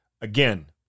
Again